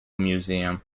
museum